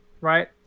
right